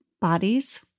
Bodies